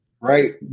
right